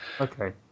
Okay